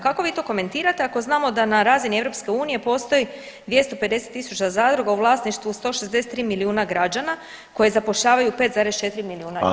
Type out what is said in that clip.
Kako vi to komentirate ako znamo da na razini EU postoji 250.000 zadruga u vlasništvu 163 milijuna građana koji zapošljavaju 5,4 milijuna ljudi?